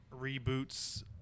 reboots